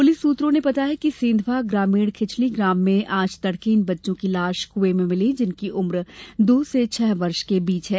police सुत्रों ने बताया कि सेंधवा ग्रामीण चिखली ग्राम में आज तडके इन बच्चों की लाश कुए में मिली जिनकी उम्र दो से छह वर्ष के बीच है